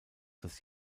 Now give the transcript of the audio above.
das